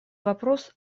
вопрос